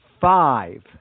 five